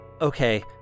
okay